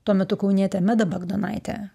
tuo metu kaunietė meda bagdonaitė